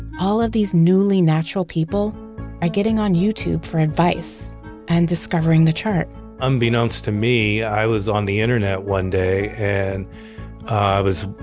all of these newly natural people are getting on youtube for advice and discovering the chart unbeknownst to me, i was on the internet one day and i was